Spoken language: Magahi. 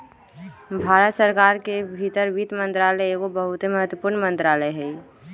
भारत सरकार के भीतर वित्त मंत्रालय एगो बहुते महत्वपूर्ण मंत्रालय हइ